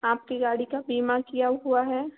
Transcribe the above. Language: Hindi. आपकी गाड़ी का बीमा किया हुआ है